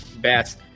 best